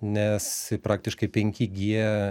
nes praktiškai penki gie